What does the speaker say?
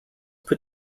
put